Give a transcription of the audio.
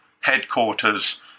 headquarters